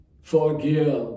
forgive